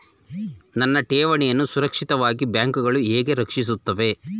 ನನ್ನ ಠೇವಣಿಯನ್ನು ಸುರಕ್ಷಿತವಾಗಿ ಬ್ಯಾಂಕುಗಳು ಹೇಗೆ ರಕ್ಷಿಸುತ್ತವೆ?